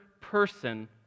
person